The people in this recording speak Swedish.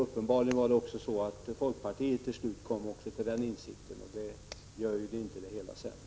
Uppenbarligen kom också folkpartiet till slut till samma insikt, och det gör ju inte det hela sämre.